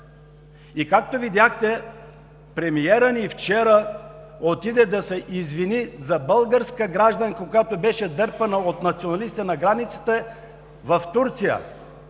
И както видяхте, премиерът ни вчера отиде да се извини за българска гражданка, когато беше дърпана от националистите на границата в Турция.